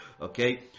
okay